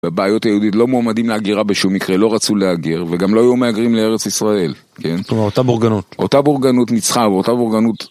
הבעיות היהודית לא מעומדים להגירה בשום מקרה, לא רצו להגר, וגם לא היו מהגרים לארץ ישראל, כן? זאת אומרת, אותה בורגנות. אותה בורגנות ניצחב, אותה בורגנות...